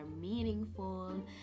meaningful